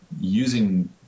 using